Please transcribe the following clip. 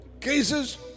cases